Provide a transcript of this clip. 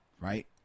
Right